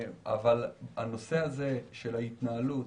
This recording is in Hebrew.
הנושא הזה של ההתנהלות,